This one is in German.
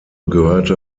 gehörte